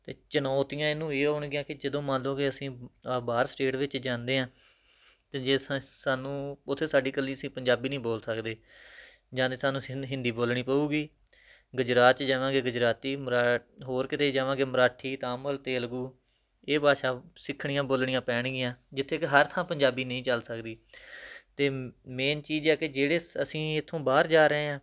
ਅਤੇ ਚੁਣੌਤੀਆਂ ਇਹਨੂੰ ਇਹ ਹੋਣਗੀਆਂ ਕਿ ਜਦੋਂ ਮੰਨ ਲਓ ਵੀ ਅਸੀਂ ਆ ਬਾਹਰ ਸਟੇਟ ਵਿੱਚ ਜਾਂਦੇ ਹਾਂ ਅਤੇ ਜੇ ਸ ਸਾਨੂੰ ਉੱਥੇ ਸਾਡੀ ਇਕੱਲੀ ਅਸੀਂ ਪੰਜਾਬੀ ਨਹੀਂ ਬੋਲ ਸਕਦੇ ਜਾਂ ਤਾਂ ਸਾਨੂੰ ਸਨ ਹਿੰਦੀ ਬੋਲਣੀ ਪਊਗੀ ਗੁਜਰਾਤ 'ਚ ਜਾਵਾਂਗੇ ਗੁਜਰਾਤੀ ਮਰਾ ਹੋਰ ਕਿਤੇ ਜਾਵਾਂਗੇ ਮਰਾਠੀ ਤਾਮਿਲ ਤੇਲਗੂ ਇਹ ਭਾਸ਼ਾ ਸਿੱਖਣੀਆਂ ਬੋਲਣੀਆਂ ਪੈਣਗੀਆਂ ਜਿੱਥੇ ਕਿ ਹਰ ਥਾਂ ਪੰਜਾਬੀ ਨਹੀਂ ਚੱਲ ਸਕਦੀ ਅਤੇ ਮ ਮੇਨ ਚੀਜ਼ ਆ ਕਿ ਜਿਹੜੇ ਸ ਅਸੀਂ ਇੱਥੋਂ ਬਾਹਰ ਜਾ ਰਹੇ ਹਾਂ